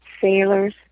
sailors